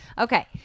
Okay